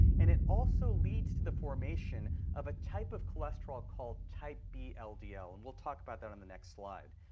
and it also leads to the formation of a type of cholesterol called type b ldl, and we'll talk about that in the next slide.